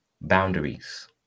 Boundaries